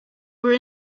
were